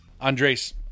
Andres